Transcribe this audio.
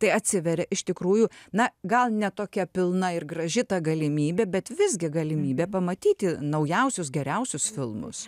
tai atsiveria iš tikrųjų na gal ne tokia pilna ir graži ta galimybė bet visgi galimybė pamatyti naujausius geriausius filmus